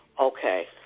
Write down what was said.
Okay